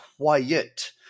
quiet